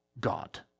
God